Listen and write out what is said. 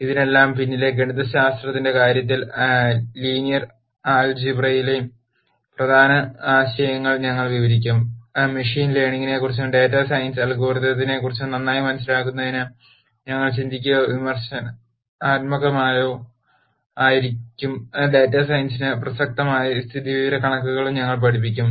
ഇതിനെല്ലാം പിന്നിലെ ഗണിതശാസ്ത്രത്തിന്റെ കാര്യത്തിൽ ലീനിയർ ആൾജിബ്രയിലെ പ്രധാന ആശയങ്ങൾ ഞങ്ങൾ വിവരിക്കും മെഷീൻ ലേണിംഗിനെക്കുറിച്ചും ഡാറ്റാ സയൻസ് അൽഗോരിതംസിനെക്കുറിച്ചും നന്നായി മനസ്സിലാക്കുന്നതിന് ഞങ്ങൾ ചിന്തിക്കുകയോ വിമർശനാത്മകമോ ആയിരിക്കും ഡാറ്റാ സയൻസിന് പ്രസക്തമായ സ്ഥിതിവിവരക്കണക്കുകളും ഞങ്ങൾ പഠിപ്പിക്കും